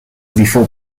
before